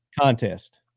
contest